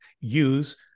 use